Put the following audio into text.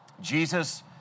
Jesus